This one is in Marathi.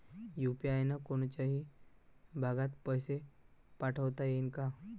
यू.पी.आय न कोनच्याही भागात पैसे पाठवता येईन का?